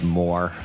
more